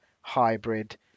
hybrid